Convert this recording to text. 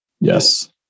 Yes